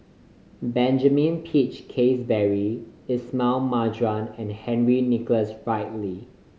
Benjamin Peach Keasberry Ismail Marjan and Henry Nicholas Ridley